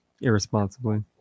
Irresponsibly